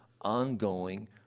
ongoing